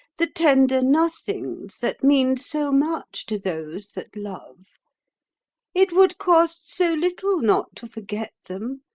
the tender nothings that mean so much to those that love it would cost so little not to forget them,